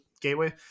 Gateway